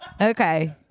Okay